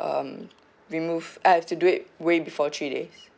um remove I've to do it way before three days